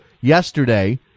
yesterday